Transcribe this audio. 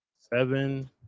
seven